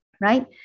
right